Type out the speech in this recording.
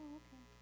okay